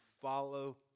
follow